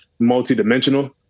multidimensional